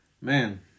Man